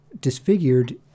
disfigured